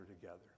together